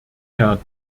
herr